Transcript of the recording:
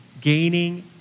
gaining